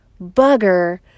bugger